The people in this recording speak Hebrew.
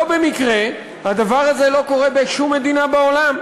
לא במקרה הדבר הזה לא קורה בשום מדינה בעולם,